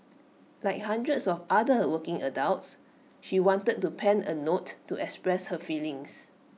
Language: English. like hundreds of other working adults she wanted to pen A note to express her feelings